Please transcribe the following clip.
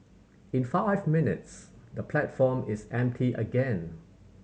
in five minutes the platform is empty again